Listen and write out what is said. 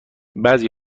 بعضی